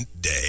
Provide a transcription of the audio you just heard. Day